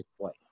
play